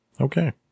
Okay